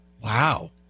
Wow